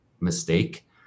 mistake